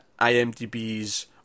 imdb's